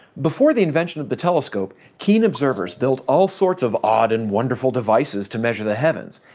before the invention of the telescope, keen observers built all sorts of odd and wonderful devices to measure the heavens,